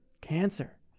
cancer